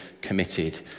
committed